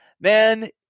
Man